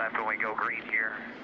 go green here.